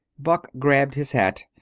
buck grabbed his hat.